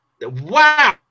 Wow